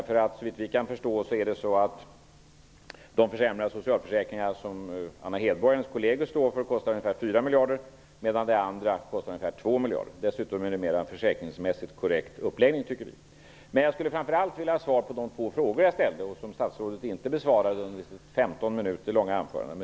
Såvitt vi kan förstå kostar de försämringar i socialförsäkringarna som Anna Hedborg och hennes kolleger står för ungefär 4 miljarder, medan det andra förslaget kostar ungefär 2 miljarder. Dessutom tycker vi att det är en försäkringsmässigt mer korrekt uppläggning. Jag skulle framför allt vilja ha svar på de två frågor jag ställde som statsrådet inte besvarade under sitt 15 minuter långa anförande.